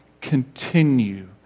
continue